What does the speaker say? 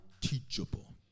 teachable